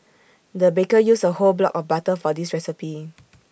the baker used A whole block of butter for this recipe